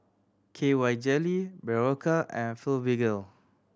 K Y Jelly Berocca and Blephagel